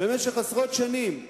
בו במשך עשרות שנים,